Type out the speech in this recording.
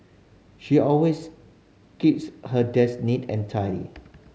she always keeps her desk neat and tidy